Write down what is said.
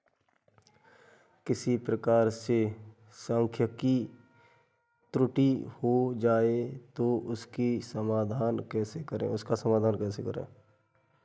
किसी प्रकार से सांख्यिकी त्रुटि हो जाए तो उसका समाधान कैसे करें?